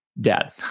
Dad